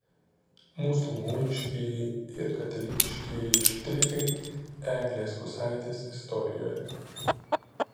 musulmoniškieji ir katalikiškieji štrichai eglės kusaitės istorijoje